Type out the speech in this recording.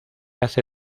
hace